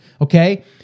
okay